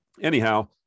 anyhow